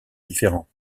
différents